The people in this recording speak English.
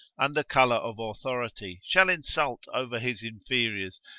under colour of authority, shall insult over his inferiors,